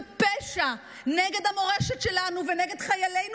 זה פשע נגד המורשת שלנו ונגד חיילינו